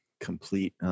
complete